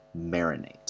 marinate